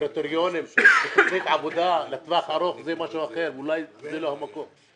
של תוכנית עבודה לטווח ארוך אבל זה משהו אחר ואולי זה לא המקום.